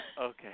Okay